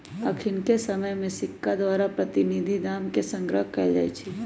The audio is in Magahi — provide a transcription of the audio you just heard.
अखनिके समय में सिक्का द्वारा प्रतिनिधि दाम के संग्रह कएल जाइ छइ